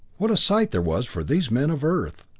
what a sight there was for these men of earth.